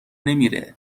نمیره